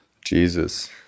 Jesus